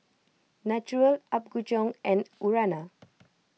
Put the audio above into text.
Naturel Apgujeong and Urana